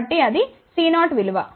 కాబట్టి అది C0 విలువ